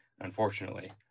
Unfortunately